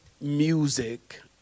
music